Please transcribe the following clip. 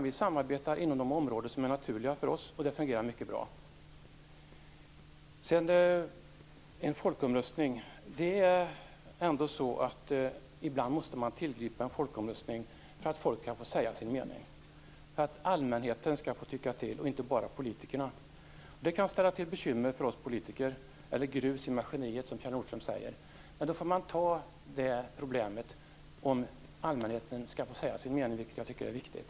Vi samarbetar inom de områden som är naturliga för oss, och det fungerar mycket bra. Ibland måste man tillgripa en folkomröstning för att folk skall få säga sin mening och för att allmänheten och inte bara politikerna skall få tycka till. Det kan ställa till bekymmer för oss politiker, eller grus i maskineriet, som Kjell Nordström säger. Men man får ta det problemet om allmänheten skall få säga sin mening, vilket jag tycker är viktigt.